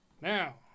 Now